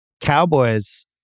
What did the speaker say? Cowboys